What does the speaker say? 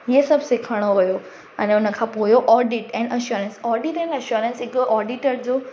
इहे सभु सिखणो हुयो अने उन खां पोइ हुयो audit and assurance audit and assurance हिकु ऑडिटर जो